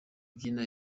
kubyina